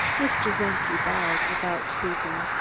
mr. czenki bowed without speaking.